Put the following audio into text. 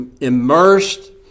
immersed